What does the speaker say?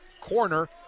corner